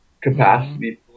capacity